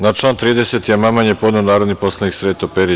Na član 30. amandman je podneo narodni poslanik Sreto Perić.